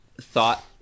thought